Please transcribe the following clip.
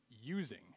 using